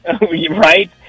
Right